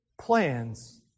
plans